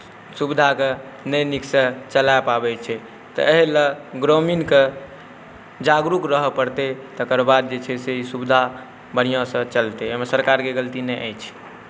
सुविधाकेँ नहि नीकसँ चला पाबैत छै तऽ एहि लेल ग्रामीणकेँ जागरूक रहय पड़तै तकर बाद जे छै से ई सुविधा बढ़िआँसँ चलतै एहिमे सरकारके गलती नहि अछि